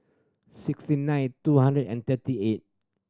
sixty nine two hundred and thirty eight